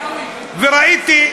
וראיתי,